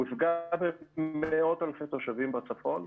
הוא יפגע במאות אלפי תושבים בצפון,